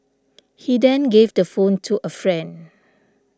he then gave the phone to a friend